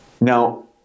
Now